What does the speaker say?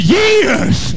years